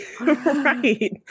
Right